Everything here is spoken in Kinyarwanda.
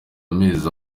amezi